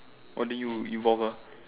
what do you you bought her